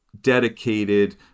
dedicated